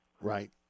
Right